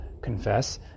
confess